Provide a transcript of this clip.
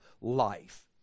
life